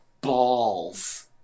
balls